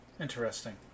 interesting